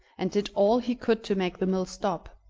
and did all he could to make the mill stop,